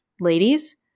Ladies